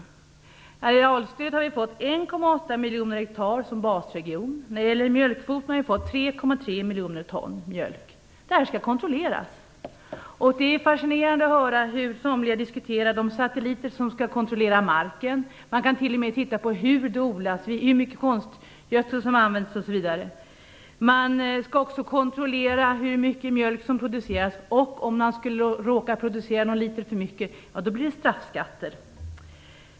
När det gäller arealstöd har vi fått 1,8 miljoner hektar som basregion och när det gäller mjölkkvoter 3,3 miljoner ton. Det här skall kontrolleras. Det är fascinerande att höra hur somliga diskuterar de satelliter som skall kontrollera marken. Man kan t.o.m. titta på hur det odlas, hur mycket konstgödsel som används osv. Man skall också kontrollera hur mycket mjölk som produceras, och den som råkar producera någon liter för mycket får straffskatter.